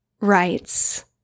writes